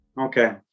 okay